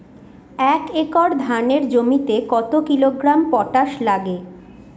এক একর ধানের জমিতে কত কিলোগ্রাম পটাশ লাগে?